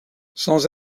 sans